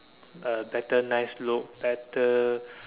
uh better nice look better